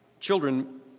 Children